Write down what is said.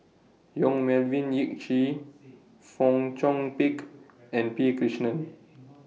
Yong Melvin Yik Chye Fong Chong Pik and P Krishnan